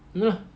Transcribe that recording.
uh